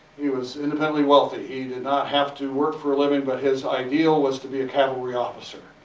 he was independently wealthy. he did not have to work for a living but his ideal was to be a cavalry officer.